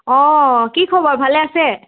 অঁ কি খবৰ ভালে আছে